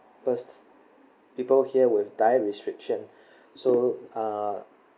first people here with diet restriction so uh